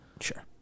Sure